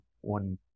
one